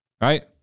right